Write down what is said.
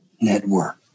Network